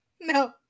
No